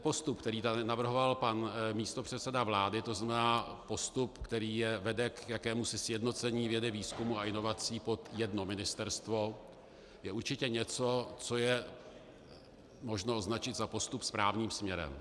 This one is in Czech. Postup, který tady navrhoval pan místopředseda vlády, to znamená postup, který vede k jakémusi sjednocení vědy, výzkumu a inovací pod jedno ministerstvo, je určitě něco, co je možno označit za postup správným směrem.